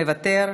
מוותר.